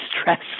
stress